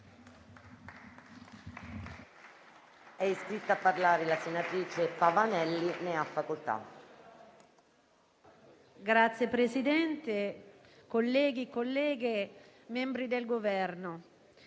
Signor Presidente, colleghi e colleghe, membri del Governo,